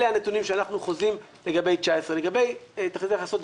אלה הנתונים שאנחנו חוזים לגבי 2019. לגבי תחזית הכנסות,